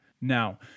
Now